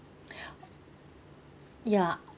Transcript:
ya